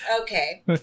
Okay